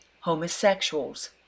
homosexuals